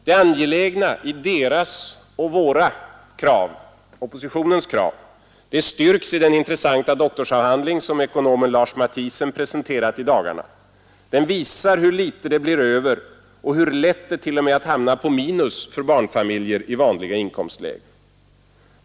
Det angelägna i deras och våra — oppositionens — krav styrks i den intressanta doktorsavhandling som ekonomen Lars Mathiessen presenterat i dagarna. Den visar hur litet det blir över och hur lätt det t.o.m. är att hamna på minus för barnfamiljer i vanliga inkomstlägen.